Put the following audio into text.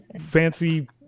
fancy